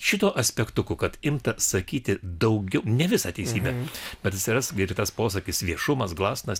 šituo aspektu kad imta sakyti daugiau ne visą teisybę atsiras gi ir tas posakis viešumas glasnost